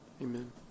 Amen